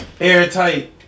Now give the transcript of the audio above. Airtight